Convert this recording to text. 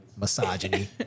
misogyny